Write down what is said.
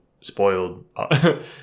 spoiled